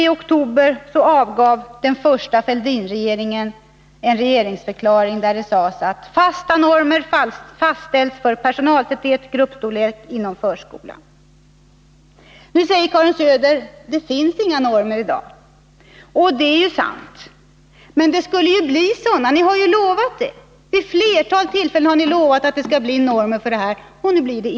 I oktober samma år avgav den första Fälldinregeringen en regeringsförklaring, där det sades att ”normer fastställs för personaltäthet och gruppstorlek inom förskolan”. Nu säger Karin Söder att det finns inga normer i dag. Det är sant. Men ni har ju vid flera tillfällen lovat att det skulle bli sådana normer!